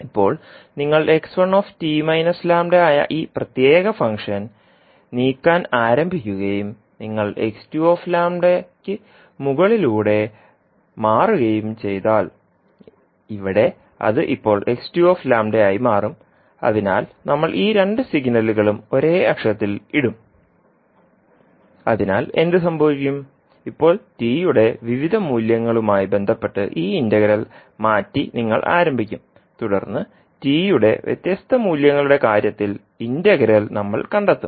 ഇപ്പോൾ നിങ്ങൾ ആയ ഈ പ്രത്യേക ഫംഗ്ഷൻ നീക്കാൻ ആരംഭിക്കുകയും നിങ്ങൾ യ്ക്ക് മുകളിലൂടെ മാറുകയും ചെയ്താൽ ഇവിടെ അത് ഇപ്പോൾ ആയി മാറും അതിനാൽ നമ്മൾ ഈ രണ്ട് സിഗ്നലുകളും ഒരേ അക്ഷത്തിൽ ഇടും അതിനാൽ എന്ത് സംഭവിക്കും ഇപ്പോൾ ടി യുടെ വിവിധ മൂല്യങ്ങളുമായി ബന്ധപ്പെട്ട് ഈ ഇന്റഗ്രൽ മാറ്റി നിങ്ങൾ ആരംഭിക്കും തുടർന്ന് t യുടെ വ്യത്യസ്ത മൂല്യങ്ങളുടെ കാര്യത്തിൽ ഇന്റഗ്രൽ നമ്മൾ കണ്ടെത്തും